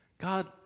God